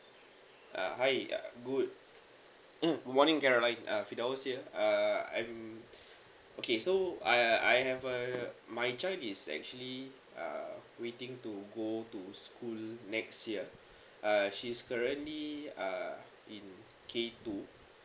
uh hi uh good good morning caroline uh firdaus here uh I'm okay so I uh I have uh my child is actually err waiting to go to school next year uh she's currently uh in K two